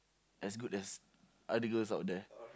as good as other girls out there